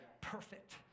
perfect